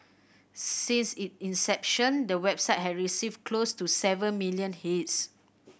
since it inception the website has received close to seven million hits